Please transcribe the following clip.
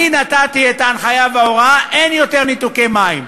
אני נתתי את ההנחיה וההוראה: אין יותר ניתוקי מים.